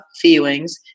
feelings